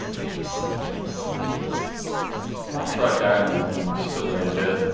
so i'll try dialing in this delay a bit